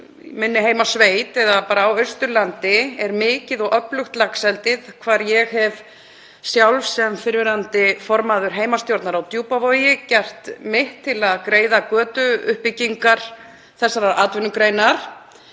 minni heimasveit eða bara á Austurlandi er mikið og öflugt laxeldi þar sem ég hef sjálf, sem fyrrverandi formaður heimastjórnar á Djúpavogi, gert mitt til að greiða götu uppbyggingar þessarar atvinnugreinar.